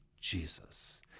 Jesus